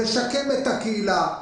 לשקם את הקילה,